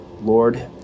Lord